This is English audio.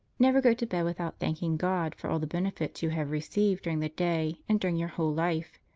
never go to bed without thanking god for all the benefits you have received during the day and during your whole life.